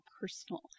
personal